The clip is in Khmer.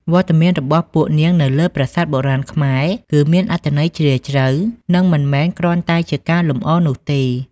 វត្តមានរបស់ពួកនាងនៅលើប្រាសាទបុរាណខ្មែរ គឺមានអត្ថន័យជ្រាលជ្រៅ និងមិនមែនគ្រាន់តែជាការលម្អនោះទេ។